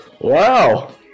Wow